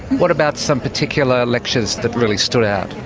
what about some particular lectures that really stood out?